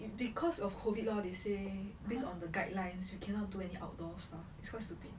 because of COVID lor they say based on the guidelines you cannot do any outdoor stuff it's quite stupid